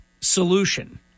solution